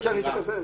אני אתייחס.